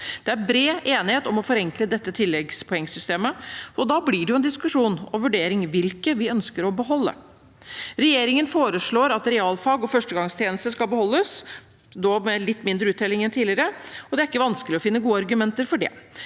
Det er bred enighet om å forenkle tilleggspoengsystemet, og da blir det en diskusjon om og vurdering av hvilke vi ønsker å beholde. Regjeringen foreslår at realfag og førstegangstjeneste skal beholdes, dog med litt mindre uttelling enn tidligere. Det er ikke vanskelig å finne gode argumenter for det.